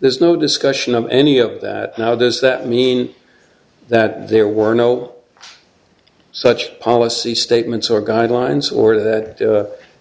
there's no discussion of any of that now does that mean that there were no such policy statements or guidelines or that